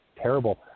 terrible